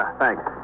thanks